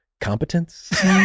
competence